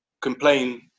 complain